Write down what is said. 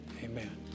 amen